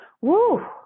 Woo